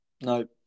No